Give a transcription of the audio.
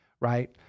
right